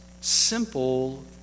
simple